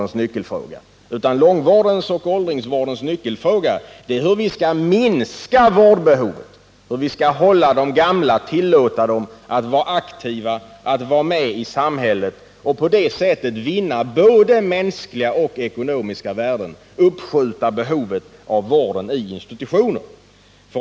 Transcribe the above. Nej, långvårdens och åldringsvårdens nyckelfråga är hur vi skall minska vårdbehovet, hur vi skall tillåta de gamla att vara aktiva i samhället och på det sättet vinna både mänskliga och ekonomiska värden och uppskjuta behovet av vård på institutioner.